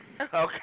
Okay